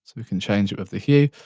so we can change it of the hue.